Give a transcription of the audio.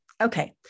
Okay